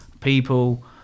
people